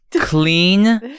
Clean